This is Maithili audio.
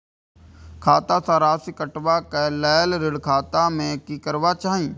खाता स राशि कटवा कै लेल ऋण खाता में की करवा चाही?